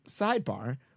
Sidebar